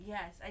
Yes